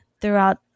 throughout